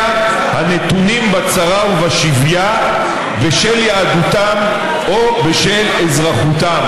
הנתונים בצרה ובשביה בשל יהדותם או בשל אזרחותם".